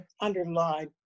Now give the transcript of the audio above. underlined